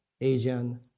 Asian